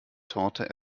torte